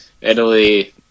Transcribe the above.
Italy